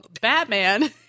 Batman